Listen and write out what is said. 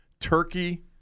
Turkey